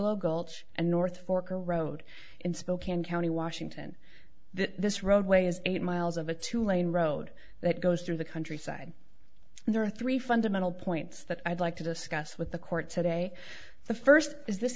gulch and north fork a road in spokane county washington this roadway is eight miles of a two lane road that goes through the countryside and there are three fundamental points that i'd like to discuss with the court today the first is this